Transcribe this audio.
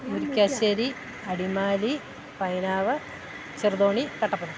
Murickassery Adimali Painavu Cheruthoni Kattappana